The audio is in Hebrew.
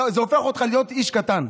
זה הופך אותך להיות איש קטן.